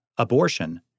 abortion